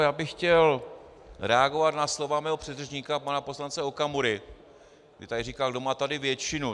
Já bych chtěl reagovat na slova svého předřečníka pana poslance Okamury, kdy tady říkal, kdo tady má většinu.